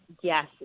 Yes